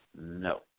No